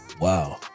Wow